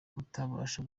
kutabasha